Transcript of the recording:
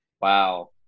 wow